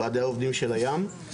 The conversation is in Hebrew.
ועדי העובדים של הים.